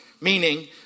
meaning